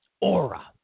aura